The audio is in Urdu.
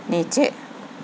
نیچے